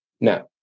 now